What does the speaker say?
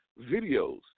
videos